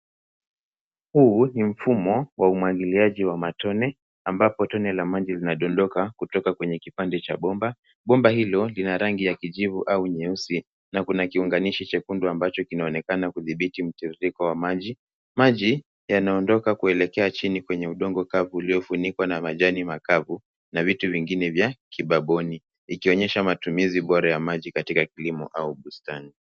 Huu ni mfumo wa umwagiliaji wa matone, ambapo tone la maji linadondoka kutoka kwenye kipande cha bomba. Bomba hilo lina rangi ya kijivu au nyeusi na kuna kiunganishi chekundu ambacho kinaonekana kudhibiti mtiririko wa maji. Maji yanaondoka kuelekea chini kwenye udongo kavu, uliofunikwa na majani makavu na vitu vingine vya kibagoni, ikionyesha matumizi bora ya maji katika kilimo au bustani.